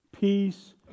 peace